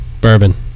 bourbon